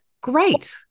Great